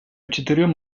четырем